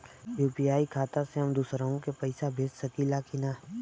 UPI खाता से हम दुसरहु के पैसा भेज सकीला की ना?